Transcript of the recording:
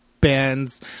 bands